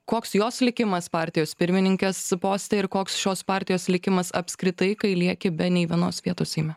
koks jos likimas partijos pirmininkės poste ir koks šios partijos likimas apskritai kai lieki be nei vienos vietos seime